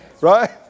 Right